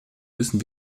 müssen